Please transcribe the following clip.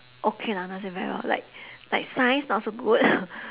okay lah not say very well like like science not so good